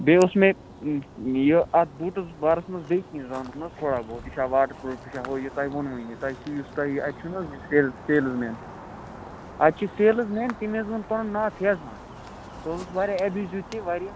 بیٚیہِ اوس مےٚ یہِ اَتھ بوٗٹھَس بارَس منٛز بیٚیہِ کیٚنٛہہ زانُن حظ تھوڑا بہت یہِ چھا واٹَر پرٛوٗف یہِ چھا ہُہ یہِ تۄہہِ ووٚنوٕے نہٕ تۄہہِ چھُو یُس تۄہہِ یہِ اَتہِ چھُو نا حظ یہِ سیلٕز مین اَتہِ چھِ سیلٕز مین تٔمۍ حظ ووٚن پَنُن ناو فیضان سُہ حظ اوس واریاہ ایٚبیٖزیوٗ تہِ واریاہ